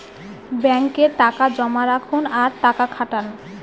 ব্যাঙ্কে টাকা জমা রাখুন আর টাকা খাটান